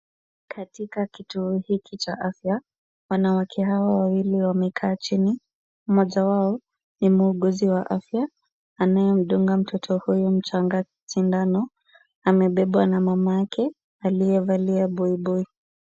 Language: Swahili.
Katika kituo hiki cha afya , wanawake hawa wawili wamekaa chini. Mmoja wao ni muuguzi wa afya anayemdunga mtoto huyu mchanga sindano. Amebebwa na mamake aliyevalia buibui.